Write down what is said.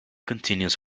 continues